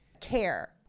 care-